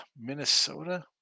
Minnesota